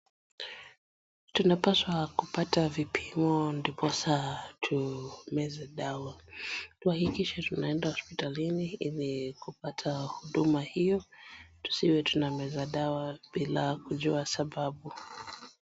Tunapaswa kupata vipimo ndiposa tumeze dawa. Tuhakikishe tunaenda hospitalini ili kupata huduma hio tusiwe tunameza dawa bila sababu.